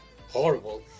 horrible